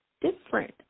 different